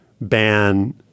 ban